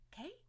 okay